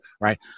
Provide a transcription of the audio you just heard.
right